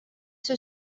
see